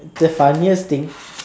the funniest thing